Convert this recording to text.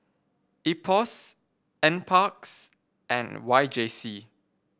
IPOS NParks and Y J C